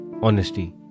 honesty